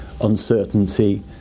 uncertainty